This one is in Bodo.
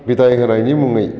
बिदाय होनायनि मुङै